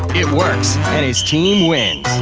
it works and his team wins.